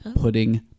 pudding